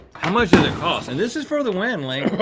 how much does it cost? and this is for the win, link.